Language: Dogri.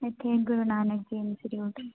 इत्थे गुरुनानक जी इंस्टीट्यूट